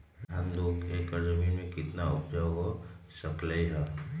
धान दो एकर जमीन में कितना उपज हो सकलेय ह?